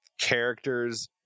characters